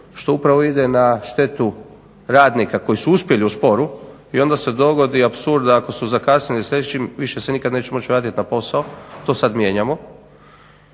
što upravo ide na štetu radnika koji su uspjeli u sporu. I onda se dogodi apsurd, ako su zakasnili s nečim, više se nikad neće moći vratiti na posao. To sad mijenjamo.